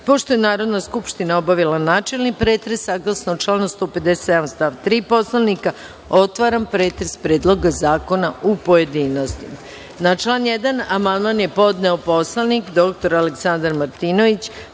je Narodna skupština obavila načelni pretres, saglasno članu 157. stav 3. Poslovnika, otvaram pretres Predloga zakona u pojedinostima. Na član 1. amandman je podneo narodni poslanik dr Aleksandar Martinović. Vlada